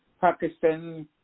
Pakistan